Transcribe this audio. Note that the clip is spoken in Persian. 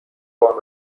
فرم